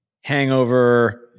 hangover